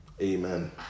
Amen